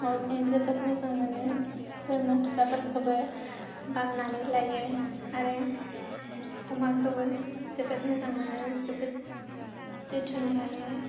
मावजि जोबोद मोजां मोनो बोरमा फिसाफोरखौबो बामनानै लायो आरो अमाखौबो जोबोद मोजां मोनो जोबोद जोथोन लायो